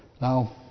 Now